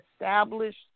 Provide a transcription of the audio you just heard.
established